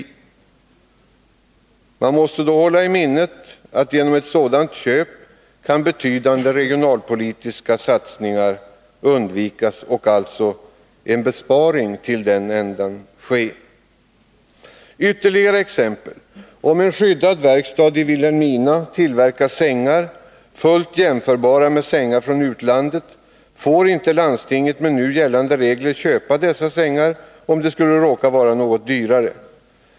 Man måste då hålla i minnet att genom ett sådant köp betydande regionalpolitiska satsningar kan undvikas och att en besparing alltså kan ske. Ytterligare exempel: Om en skyddad verkstad i Vilhelmina tillverkar sängar, fullt jämförbara med sängar från utlandet, får inte landstinget med nu gällande regler köpa dessa sängar om de skulle råka vara något dyrare.